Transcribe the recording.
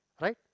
Right